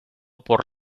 por